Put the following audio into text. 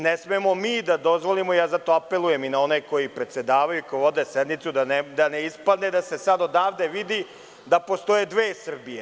Ne smemo mi da dozvolimo, zato apelujem i na one koji predsedavaju i koji vode sednicu, da ne ispadne da se sada odavde vidi da postoje dve Srbije.